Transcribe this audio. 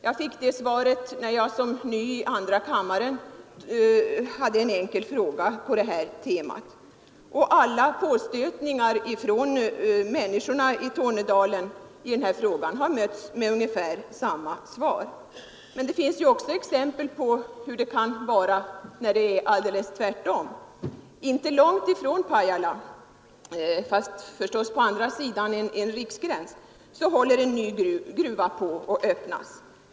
Jag fick det svaret när jag som ny i andra kammaren ställde en enkel fråga på det här temat. Och alla påstötningar från människorna i Tornedalen i denna fråga har mötts med ungefär samma svar. Men det finns också exempel på orter där det är precis tvärtom. Inte långt ifrån Pajala, fast på andra sidan riksgränsen, håller en ny gruva på att öppnas.